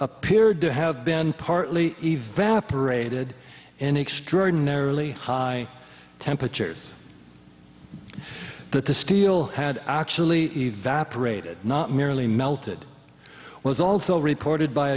appeared to have been partly evaporated in extraordinarily high temperatures but the steel had actually evaporated not merely melted was also reported by a